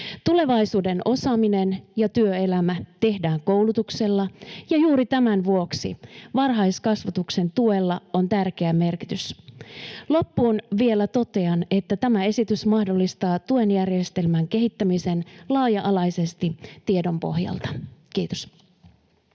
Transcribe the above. Tulevaisuuden osaaminen ja työelämä tehdään koulutuksella, ja juuri tämän vuoksi varhaiskasvatuksen tuella on tärkeä merkitys. Loppuun vielä totean, että tämä esitys mahdollistaa tuen järjestelmän kehittämisen laaja-alaisesti tiedon pohjalta. — Kiitos.